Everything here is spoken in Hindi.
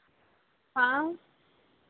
हाँ